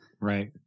Right